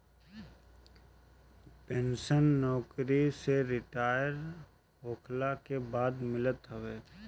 pension नोकरी से retire होखला के बाद मिलत हवे